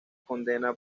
condena